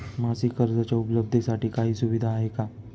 मासिक कर्जाच्या उपलब्धतेसाठी काही सुविधा आहे का?